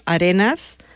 Arenas